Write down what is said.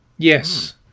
Yes